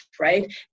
right